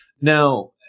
now